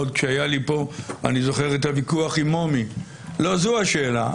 עוד היה לי כאן את הוויכוח עם מומי, ולא זו השאלה.